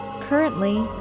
Currently